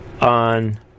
on